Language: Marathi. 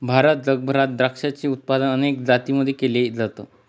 भारत आणि जगभरात द्राक्षाचे उत्पादन अनेक जातींमध्ये केल जात